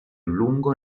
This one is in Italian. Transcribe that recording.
lungo